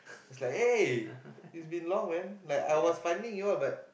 it's like eh it's been long man like I was finding y'all but